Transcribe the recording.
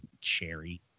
Cherry